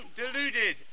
deluded